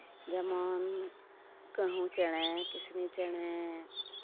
ᱡᱮᱢᱚᱱ ᱠᱟᱹᱦᱩ ᱪᱮᱬᱮ ᱠᱤᱥᱱᱤ ᱪᱮᱬᱮ